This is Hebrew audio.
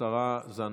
השרה זנדברג.